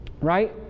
right